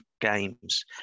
games